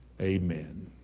Amen